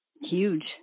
Huge